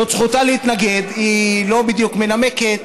זאת זכותה להתנגד, היא לא בדיוק מנמקת,